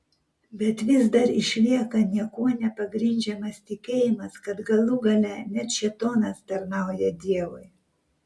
bet vis dar išlieka niekuo nepagrindžiamas tikėjimas kad galų gale net šėtonas tarnauja dievui